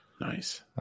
Nice